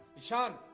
ishaan,